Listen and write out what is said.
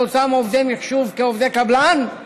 על אותם עובדי מחשוב כעובדי קבלן,